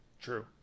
True